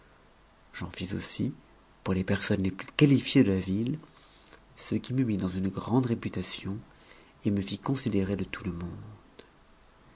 j'en fis aussi pour les personnes les plus qualifiées de la ville ce qui me mit dans une gmnd réputation et me fit considérer de tout le monde